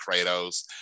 Kratos